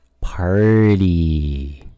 party